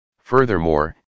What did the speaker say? Furthermore